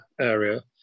area